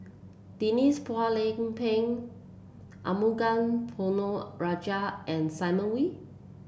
Denise Phua Lay Peng Arumugam Ponnu Rajah and Simon Wee